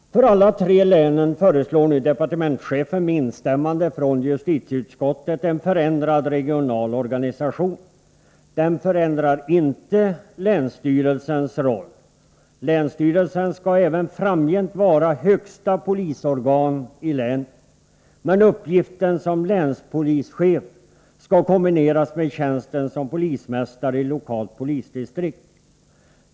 För alla tre länen föreslår nu departementschefen, med instämmande från justitieutskottet, en förändrad regional organisation. Den förändrar inte länsstyrelsens roll. Länsstyrelsen skall även framgent vara det högsta polisorganet i länet. Men uppgiften som länspolischef skall kombineras med tjänsten som polismästare i lokalt polisdistrikt.